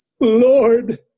Lord